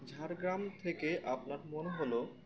ঝাড়গ্রাম থেকে আপনার মনে হলো